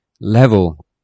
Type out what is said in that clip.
level